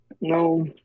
No